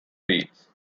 beats